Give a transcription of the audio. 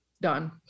done